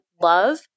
love